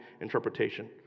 interpretation